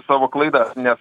savo klaidą nes